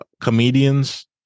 comedians